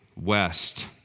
west